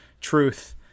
Truth